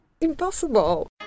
impossible